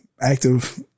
active